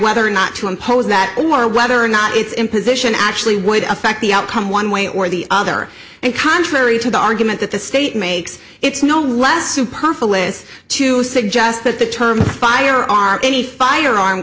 whether or not to impose that or whether or not it's imposition actually would affect the outcome one way or the other and contrary to the argument that the state makes it's no less super powerful is to suggest that the term fire on any firearm